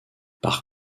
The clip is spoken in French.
par